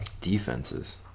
defenses